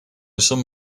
some